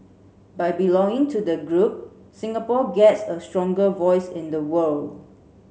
by belonging to the group Singapore gets a stronger voice in the world